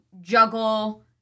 juggle